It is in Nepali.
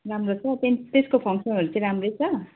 राम्रो छ त्यहाँदेखि त्यसको फङ्कसनहरू चाहिँ राम्रै छ